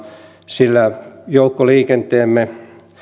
sillä joukkoliikenteemme